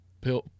pill